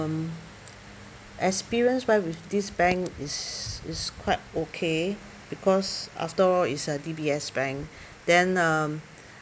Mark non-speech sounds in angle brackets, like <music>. um experience wise with this bank is is quite okay because after all it's a D_B_S bank <breath> then um